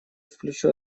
включу